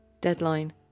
Deadline